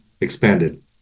expanded